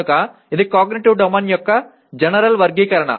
కనుక ఇది cognitive domain యొక్క జనరల్ వర్గీకరణ